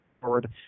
forward